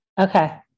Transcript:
Okay